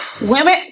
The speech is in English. Women